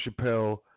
Chappelle